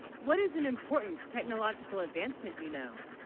what is an important technological advancement you know?